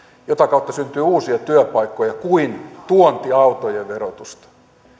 jota kautta syntyy uusia työpaikkoja kuin tuontiautojen verotusta